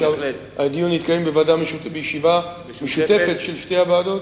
שהדיון יתקיים בישיבה משותפת של שתי הוועדות?